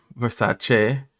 Versace